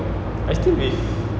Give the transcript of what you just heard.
I still with